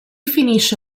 finisce